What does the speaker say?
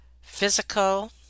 physical